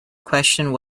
questioned